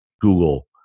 Google